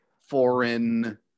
foreign